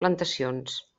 plantacions